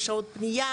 יש שעות פנייה.